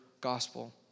gospel